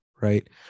right